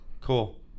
cool